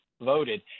voted